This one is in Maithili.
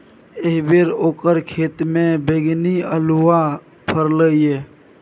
एहिबेर ओकर खेतमे बैगनी अल्हुआ फरलै ये